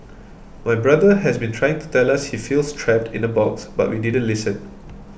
my brother has been trying to tell us he feels trapped in a box but we didn't listen